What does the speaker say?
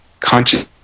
conscious